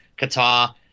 Qatar